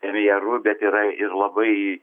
premjeru bet yra ir labai